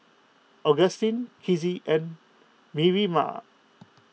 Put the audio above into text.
Agustin Kizzie and Miriah